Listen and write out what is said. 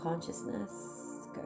Consciousness